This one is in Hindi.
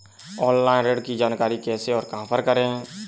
ऑनलाइन ऋण की जानकारी कैसे और कहां पर करें?